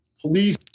police